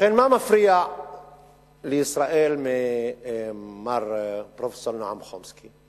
ובכן, מה מפריע לישראל מר פרופסור נועם חומסקי?